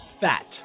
Fat